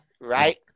right